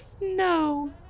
No